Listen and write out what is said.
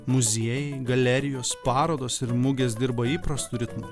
muziejai galerijos parodos ir mugės dirba įprastu ritmu